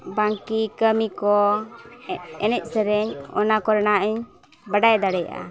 ᱵᱟᱝ ᱠᱤ ᱠᱟᱹᱢᱤ ᱠᱚ ᱮᱱᱮᱡ ᱥᱮᱨᱮᱧ ᱚᱱᱟ ᱠᱚᱨᱮᱱᱟᱜ ᱤᱧ ᱵᱟᱰᱟᱭ ᱫᱟᱲᱮᱭᱟᱜᱼᱟ